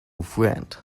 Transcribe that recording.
friend